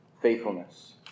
faithfulness